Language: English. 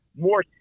more